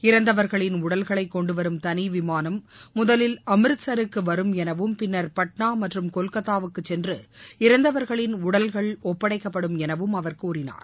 இறந்தவர்களின் உடல்களை கொண்டுவரும் தனி விமாளம் முதலில் அம்ரித்சருக்கு வரும் எனவும் பின்னர் பாட்னா மற்றும் கொல்கத்தாவுக்கு சென்று இறந்தவாகளின் உடல்களை ஒப்படைக்கப்படும் எனவும் அவா கூறினார்